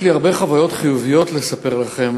יש לי הרבה חוויות חיוביות לספר לכם,